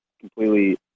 completely